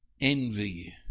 Envy